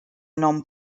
non